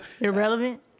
Irrelevant